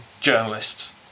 journalists